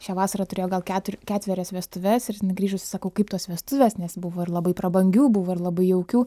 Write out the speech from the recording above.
šią vasarą turėjo gal ketur ketverias vestuves ir grįžusi sakau kaip tos vestuvės nes buvo ir labai prabangių buvo ir labai jaukių